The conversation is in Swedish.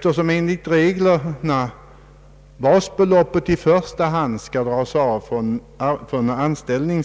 skall enligt reglerna basbeloppet i första hand avräknas på inkomsten av anställning.